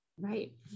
Right